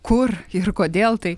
kur ir kodėl tai